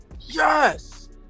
Yes